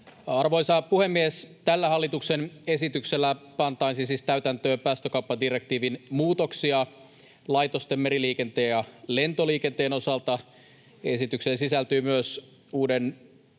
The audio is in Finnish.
Arvoisa puhemies! Tällä hallituksen esityksellä pantaisiin siis täytäntöön päästökauppadirektiivin muutoksia laitosten, meriliikenteen ja lentoliikenteen osalta. Esitykseen sisältyvät myös uusi